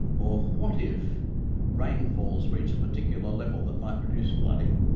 or what if rainfalls reach a particular level that might produce flooding.